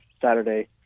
Saturday